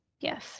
Yes